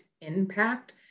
impact